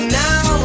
now